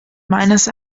meines